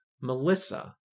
Melissa